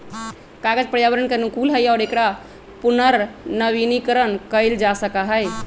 कागज पर्यावरण के अनुकूल हई और एकरा पुनर्नवीनीकरण कइल जा सका हई